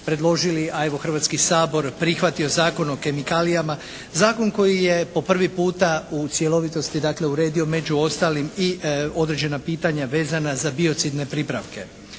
Hrvatski sabor prihvatio Zakon o kemikalijama, zakon koji je po prvi puta u cjelovitosti dakle uredio među ostalim i određena pitanja vezana za biocidne pripravke.